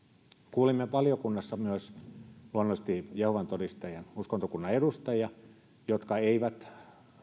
kuulimme valiokunnassa myös luonnollisesti jehovan todistajien uskontokunnan edustajia jotka eivät